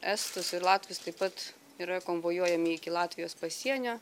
estus ir latvius taip pat yra konvojuojami iki latvijos pasienio